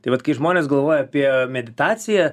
tai vat kai žmonės galvoja apie meditaciją